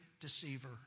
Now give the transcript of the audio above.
deceiver